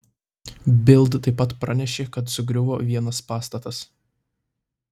bild taip pat pranešė kad sugriuvo vienas pastatas